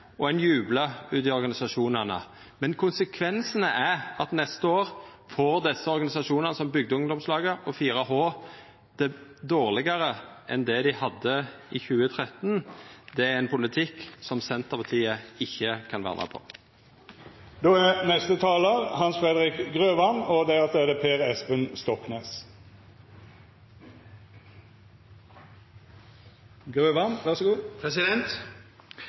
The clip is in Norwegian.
og ein jublar ute i organisasjonane. Men konsekvensane er at neste år får desse organisasjonane, som Bygdeungdomslaget og 4H, det dårlegare enn det dei hadde i 2013. Det er ein politikk som Senterpartiet ikkje kan vera med på. Kristelig Folkeparti er tilfreds med at vi har fått en budsjettenighet på ikke-sosialistisk side som løfter skolen, de sårbare barna, frivillighet og